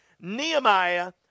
Nehemiah